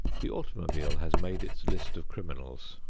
the automobile has made its list of criminals,